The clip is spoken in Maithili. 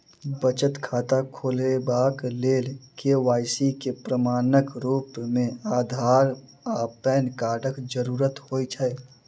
बचत खाता खोलेबाक लेल के.वाई.सी केँ प्रमाणक रूप मेँ अधार आ पैन कार्डक जरूरत होइ छै